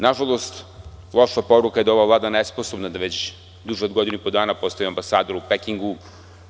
Na žalost, loša poruka je da je ova Vlada nesposobna da već duže od godinu i po dana postavi ambasadora u Pekingu.